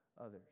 others